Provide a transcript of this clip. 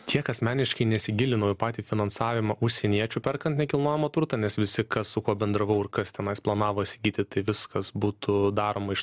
tiek asmeniškai nesigilinau į patį finansavimą užsieniečių perkant nekilnojamą turtą nes visi kas su kuo bendravau ir kas tenais planavo įsigyti tai viskas būtų daroma iš